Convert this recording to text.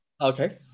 okay